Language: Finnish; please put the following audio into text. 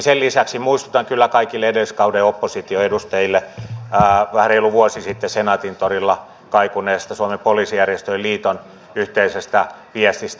sen lisäksi muistutan kyllä kaikkia edellisen kauden opposition edustajia vähän reilu vuosi sitten senaatintorilla kaikuneesta suomen poliisijärjestöjen liiton yhteisestä viestistä